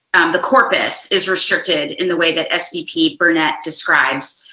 the corpus is restricted in the way that svp burnett describes.